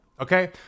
Okay